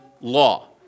law